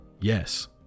Yes